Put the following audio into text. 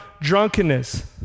drunkenness